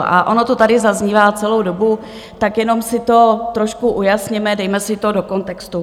A ono to tady zaznívá celou dobu, tak jenom si to trošku ujasněme, dejme si to do kontextu.